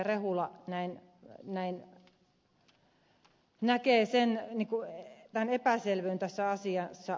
rehula näkee epäselvyyden tässä asiassa